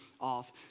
off